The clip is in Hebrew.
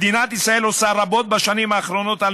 מדינת ישראל עושה רבות בשנים האחרונות על